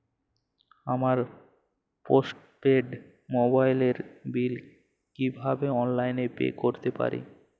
আমার post paid মোবাইলের বিল কীভাবে অনলাইনে পে করতে পারি?